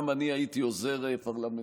גם אני הייתי עוזר פרלמנטרי,